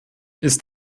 ist